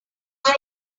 left